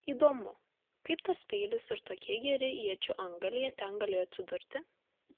įdomu kaip tas peilis ir tokie geri iečių antgaliai ten galėjo atsidurti